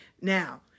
now